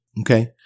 Okay